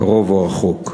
קרוב או רחוק.